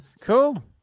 Cool